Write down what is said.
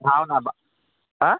ভাওনা বা হা